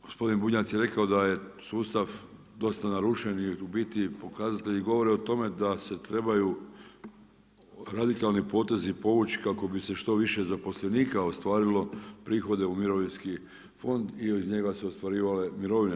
Gospodin Bunjac je rekao da je sustav dosta narušen i u biti pokazatelji govore o tome da se trebaju radikalni potezi povuć kako bi se što više zaposlenika ostvarilo prihode u Mirovinski fond i iz njega se ostvarivale mirovine.